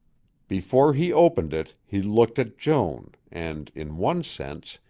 before he opened it he looked at joan and, in one sense,